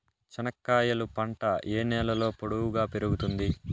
చెనక్కాయలు పంట ఏ నేలలో పొడువుగా పెరుగుతుంది?